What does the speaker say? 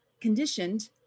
conditioned